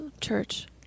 Church